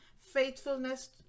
faithfulness